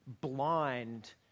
blind